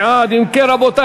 להצביע.